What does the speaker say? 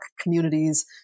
communities